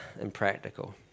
impractical